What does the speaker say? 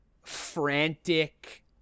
frantic